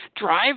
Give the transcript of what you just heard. Drive